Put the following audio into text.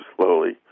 slowly